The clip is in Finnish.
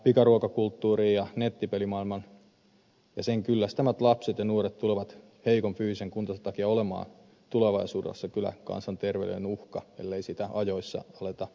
pikaruokakulttuurin ja nettipelimaailman kyllästämät lapset ja nuoret tulevat heikon fyysisen kuntonsa takia olemaan tulevaisuudessa kyllä kansanterveyden uhka ellei sitä ajoissa aleta ehkäistä